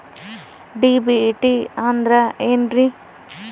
DBT ಅಂದ್ರ ಏನ್ರಿ?